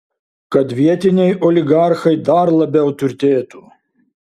kad vietiniai oligarchai dar labiau turtėtų